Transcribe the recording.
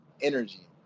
energy